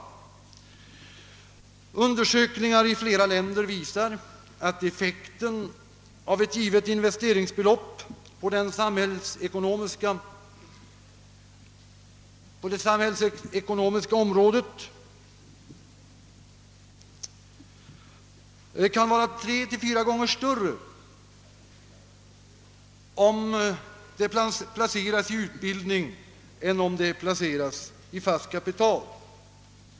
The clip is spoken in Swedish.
Undersökningar i flera länder visar att effekten av ett givet investeringsbelopp på det samhällsekonomiska området kan vara tre till fyra gånger större om det placeras i utbildning än om det placeras i fast kapital.